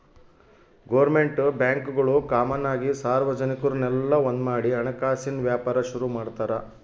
government ಬ್ಯಾಂಕ್ಗುಳು common ಆಗಿ ಸಾರ್ವಜನಿಕುರ್ನೆಲ್ಲ ಒಂದ್ಮಾಡಿ ಹಣಕಾಸಿನ್ ವ್ಯಾಪಾರ ಶುರು ಮಾಡ್ತಾರ